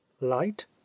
Light